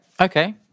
Okay